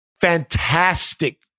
fantastic